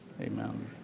Amen